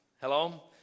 Hello